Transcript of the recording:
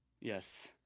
Yes